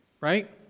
right